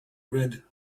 read